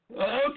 Okay